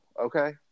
okay